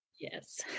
Yes